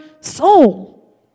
soul